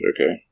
okay